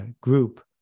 group